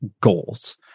goals